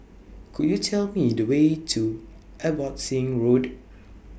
Could YOU Tell Me The Way to Abbotsingh Road